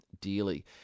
dearly